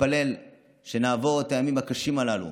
נתפלל שנעבור את הימים הקשים הללו,